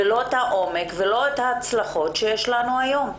העומק וההצלחות שיש לנו היום.